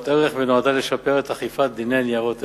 ערך ונועדה לשפר את אכיפת דיני ניירות ערך.